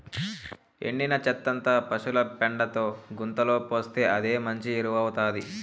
ఎండిన చెత్తంతా పశుల పెండతో గుంతలో పోస్తే అదే మంచి ఎరువౌతాది